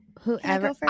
Whoever